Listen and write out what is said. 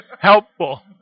helpful